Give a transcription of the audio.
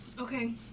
Okay